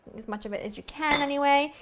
as much of it as you can, anyway.